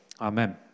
Amen